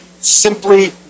simply